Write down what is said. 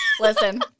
Listen